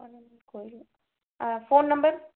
ah phone number